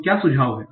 तो क्या सुझाव है